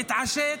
להתעשת.